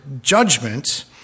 judgment